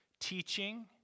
Teaching